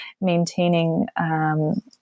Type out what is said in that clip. maintaining